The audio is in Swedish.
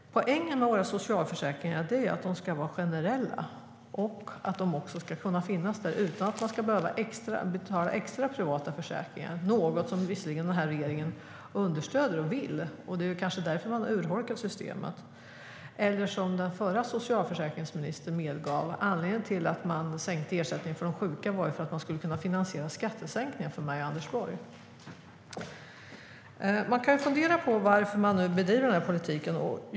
Poängen med våra socialförsäkringar är att de ska vara generella och att de ska finnas där utan att man ska behöva betala extra privata försäkringar. Det är något som regeringen visserligen understöder och vill. Det är kanske därför man urholkar systemet. Den förra socialförsäkringsministern medgav att anledningen till att ersättningen för de sjuka sänktes var att man skulle kunna finansiera skattesänkningar för mig och Anders Borg. Man kan fundera över varför denna politik bedrivs.